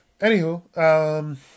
Anywho